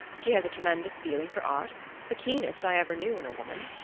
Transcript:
she has a tremendous feeling for art the keenest i ever knew in a woman.